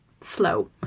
slow